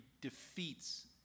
defeats